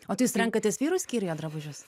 o tai jūs renkatės vyrų skyriuje drabužius